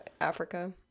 africa